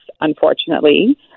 unfortunately